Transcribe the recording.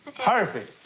perfect!